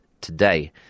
today